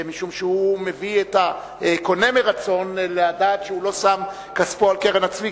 משום שהוא מביא את הקונה מרצון לדעת שהוא לא שם את כספו על קרן הצבי,